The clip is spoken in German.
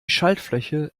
schaltfläche